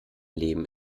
leben